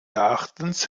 erachtens